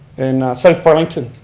in south burlington.